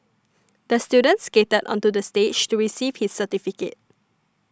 the student skated onto the stage to receive his certificate